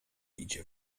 idzie